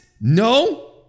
no